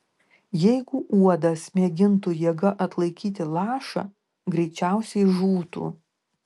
jeigu uodas mėgintų jėga atlaikyti lašą greičiausiai žūtų